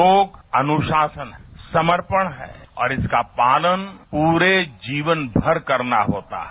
योग अनुशासन है समर्पण है और इसका पालन पूरे जीवन भर करना होता है